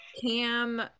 cam